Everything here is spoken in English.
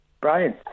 Brian